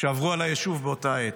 שעברו על היישוב באותה העת.